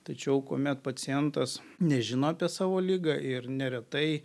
tačiau kuomet pacientas nežino apie savo ligą ir neretai